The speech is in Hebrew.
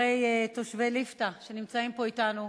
תושבי ליפתא שנמצאים פה אתנו,